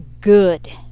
good